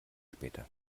später